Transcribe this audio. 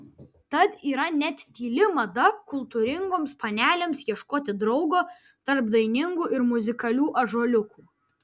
tad yra net tyli mada kultūringoms panelėms ieškoti draugo tarp dainingų ir muzikalių ąžuoliukų